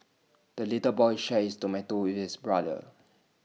the little boy shared his tomato with his brother